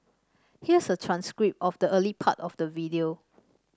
here's a transcript of the early part of the video